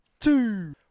Two